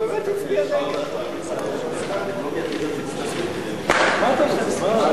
ההצעה להעביר את הצעת חוק קביעת הזמן (תיקון,